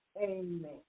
Amen